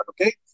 okay